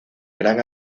gran